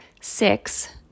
six